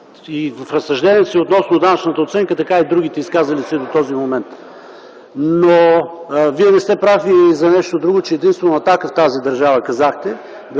в разсъжденията си относно данъчната оценка, така и другите изказали се до този момент. Но, Вие не сте прав и за нещо друго, че единствено „Атака” в тази държава, казахте,